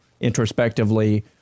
introspectively